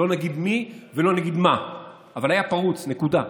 לא נגיד מי ולא נגיד מה אבל היה פרוץ, נקודה.